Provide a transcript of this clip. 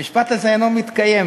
המשפט הזה אינו מתקיים